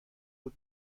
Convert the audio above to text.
بود